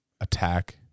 attack